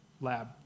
lab